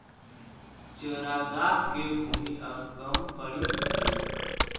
चरागाह के भूमि अब कम पड़ीत हइ